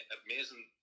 amazing